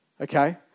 Okay